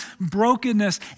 brokenness